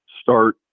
start